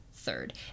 third